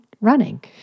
running